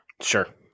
Sure